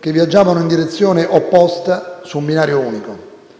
che viaggiavano in direzione opposta su un binario unico.